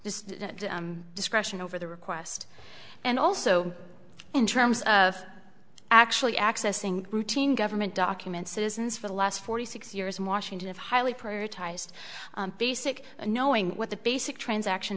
the discretion over the request and also in terms of actually accessing routine government documents citizens for the last forty six years in washington have highly prioritized basic knowing what the basic transaction